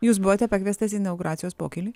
jūs buvote pakviestas į inauguracijos pokylį